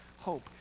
hope